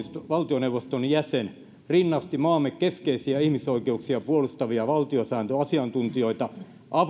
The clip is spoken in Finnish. valtioneuvoston jäsen rinnasti maamme keskeisiä ihmisoikeuksia puolustavia valtiosääntöasiantuntijoita